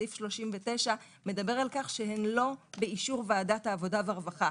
סעיף 39 מדבר על כך שהן לא באישור ועדת העבודה והרווחה,